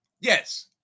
Yes